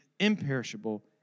imperishable